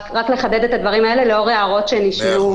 רק לחדד את הדברים הללו לאור הערות שנשמעו.